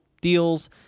deals